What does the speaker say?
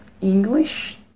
English